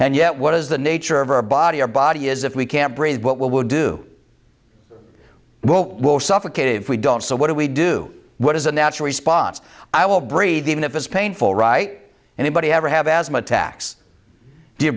and yet what is the nature of our body our body is if we can't breathe what will would do we will suffocate if we don't so what do we do what is the natural response i will breathe even if it's painful right anybody ever have asthma attacks